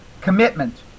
Commitment